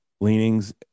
leanings